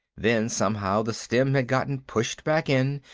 then, somehow, the stem had gotten pushed back in,